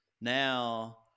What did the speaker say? Now